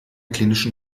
klinischen